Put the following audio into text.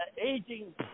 aging